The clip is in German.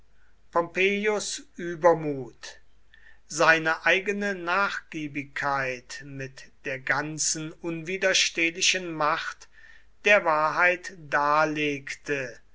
übermut seine eigene nachgiebigkeit mit der ganzen unwiderstehlichen macht der wahrheit